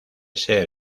ser